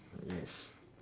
yes